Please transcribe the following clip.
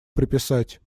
приписать